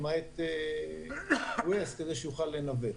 למעט ווייז כדי שיוכל לנווט.